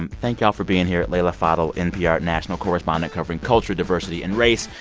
and thank y'all for being here leila fadel, npr national correspondent covering culture, diversity and race,